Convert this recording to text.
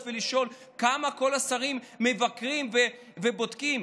ולשאול כמה כל השרים מבקרים ובודקים,